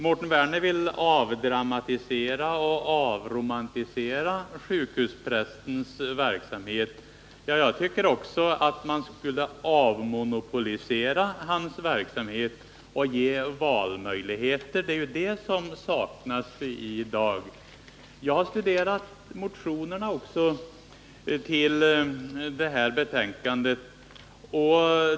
Mårten Werner vill avdramatisera och avromantisera sjukhusprästens verksamhet. Jag tycker att man också skall avmonopolisera hans verksamhet och ge valmöjligheter. Det är de som saknas i dag. Jag har studerat de motioner som behandlas i det här betänkandet.